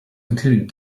including